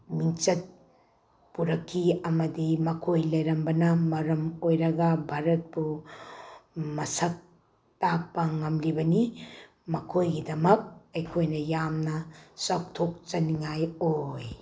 ꯃꯤꯡꯆꯠ ꯄꯨꯔꯛꯈꯤ ꯑꯃꯗꯤ ꯃꯈꯣꯏ ꯂꯩꯔꯝꯕꯅ ꯃꯔꯝ ꯑꯣꯏꯔꯒ ꯚꯥꯔꯠꯄꯨ ꯃꯁꯛ ꯇꯥꯛꯄ ꯉꯝꯂꯤꯕꯅꯤ ꯃꯈꯣꯏꯒꯤꯗꯃꯛ ꯑꯩꯈꯣꯏꯅ ꯌꯥꯝꯅ ꯆꯥꯎꯊꯣꯛꯆꯅꯤꯡꯉꯥꯏ ꯑꯣꯏ